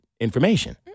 information